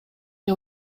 эле